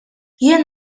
jien